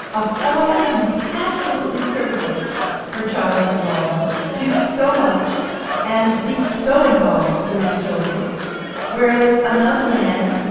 a father can be absolutely critical for child survival, do so much and be so involved with his children whereas another man,